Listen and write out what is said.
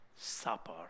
supper